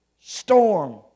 storm